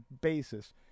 basis